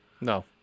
No